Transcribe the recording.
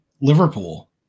Liverpool